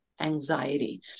anxiety